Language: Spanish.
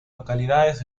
localidades